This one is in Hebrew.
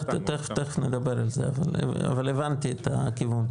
תכף נדבר על זה אבל הבנתי את הכיוון.